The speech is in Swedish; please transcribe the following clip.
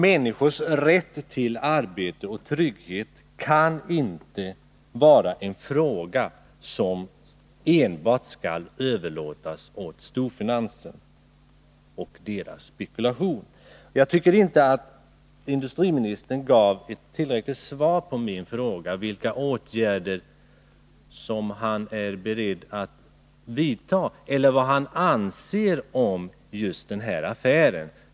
Människors rätt till arbete och trygghet kan inte vara en fråga som enbart skall överlåtas åt storfinansen och dess spekulation. Jag tycker inte att industriministern gav ett tillräckligt svar på min fråga vad han anser om just den här affären.